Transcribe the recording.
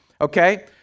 Okay